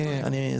ממש מעט.